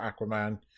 Aquaman